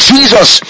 Jesus